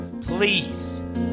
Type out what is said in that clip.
Please